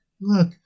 look